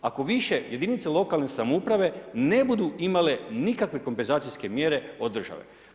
Ako više jedinica lokalne samouprave ne budu imale nikakve kompenzacijske mjere od države?